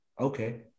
okay